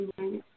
Okay